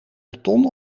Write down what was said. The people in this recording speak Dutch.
beton